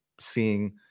seeing